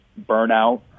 burnout